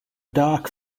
dark